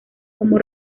como